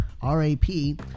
R-A-P